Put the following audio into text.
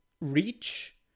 reach